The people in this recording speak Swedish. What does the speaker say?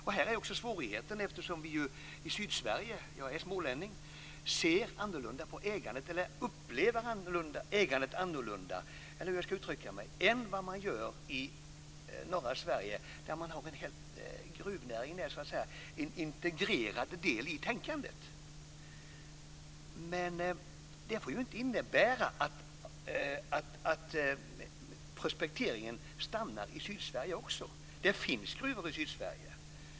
Här finns också svårigheten, eftersom vi i Sydsverige - jag är själv smålänning - ser annorlunda på ägandet eller upplever ägandet annorlunda än man gör i norra Sverige där gruvnäringen är en integrerad del i tänkandet. Men det får inte innebära att prospekteringen stannar i Sydsverige också. Det finns gruvor i Sydsverige.